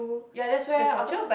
ya that's where apa tu